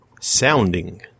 Sounding